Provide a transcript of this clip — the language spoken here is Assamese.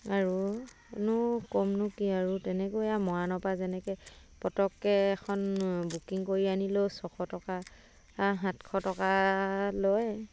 আৰু নো ক'মনো কি আৰু তেনেকৈ আ মৰাণ পা যেনেকৈ পটককৈ এখন বুকিং কৰি আনিলো ছশ টকা সাতশ টকা লয়